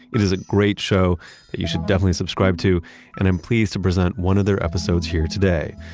it is a great show that you should definitely subscribe to and i'm pleased to present one of their episodes here today.